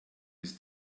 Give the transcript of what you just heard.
ist